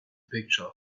picture